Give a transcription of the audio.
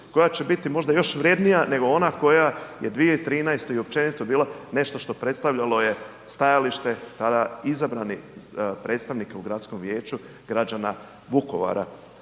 koja će biti možda još vrjednija nego ona koja je 2013. i općenito bila nešto što predstavljalo je stajalište tada izabrane predstavnike u gradskom vijeću građana Vukovara.